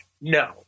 No